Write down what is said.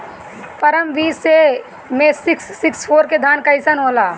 परमल बीज मे सिक्स सिक्स फोर के धान कईसन होला?